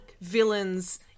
villains